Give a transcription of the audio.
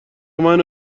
منو